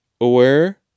Aware